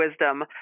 wisdom